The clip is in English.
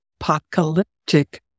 apocalyptic